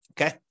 Okay